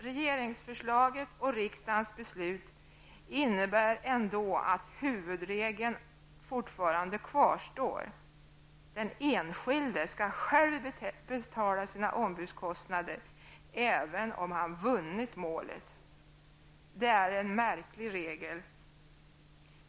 Regeringsförslaget och riksdagens beslut innebar ändå att huvudregeln alltjämt kvarstår; den enskilde skall själv betala sina ombudskostnader, även om han vunnit målet. Detta är en märklig regel.